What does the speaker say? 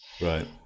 Right